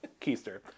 Keister